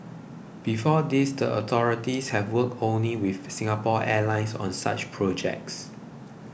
before this the authorities have worked only with Singapore Airlines on such projects